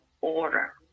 order